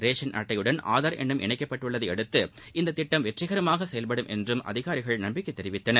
ration அட்டையுடன் ஆதார் எண்ணும் இணைக்கப்பட்டுள்ளதை அடுத்து இந்த திட்டம் வெற்றிகரமாக செயல்படும் என்று அதிகாரிகள் நம்பிக்கை தெரிவித்தனர்